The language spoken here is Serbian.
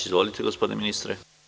Izvolite, gospodine ministre.